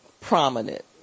prominent